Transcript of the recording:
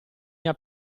mia